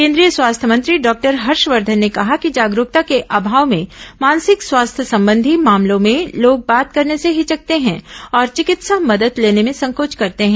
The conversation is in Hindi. केन्द्रीय स्वास्थ्य मंत्री डॉक्टर हर्षवर्धन ने कहा कि जागरूकता के अभाव में मानसिक स्वास्थ्य संबंधी मामलों में लोग बात करने से हिचकते हैं और चिकित्सा मदद लेने में संकोच करते हैं